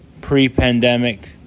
pre-pandemic